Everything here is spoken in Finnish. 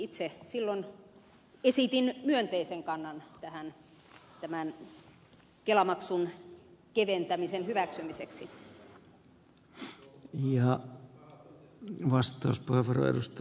itse silloin esitin myönteisen kannan tämän kelamaksun keventämisen hyväksymiseksi